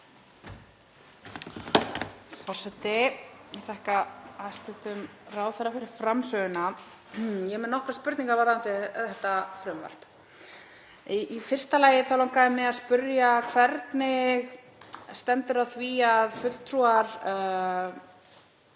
varðandi þetta frumvarp. Í fyrsta lagi langaði mig að spyrja: Hvernig stendur á því að fulltrúar